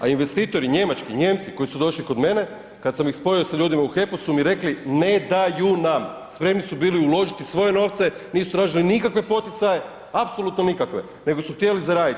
A investitori njemački, Nijemci koji su došli kod mene, kada sam ih spojio sa ljudima u HEP-u su mi rekli ne daju nam, spremni su bili uložiti svoje novce, nisu tražili nikakve poticaje, apsolutno nikakve nego su htjeli zaraditi.